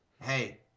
Hey